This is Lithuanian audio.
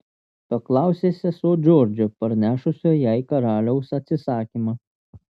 paklausė sesuo džordžo parnešusio jai karaliaus atsisakymą